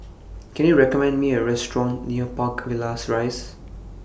Can YOU recommend Me A Restaurant near Park Villas Rise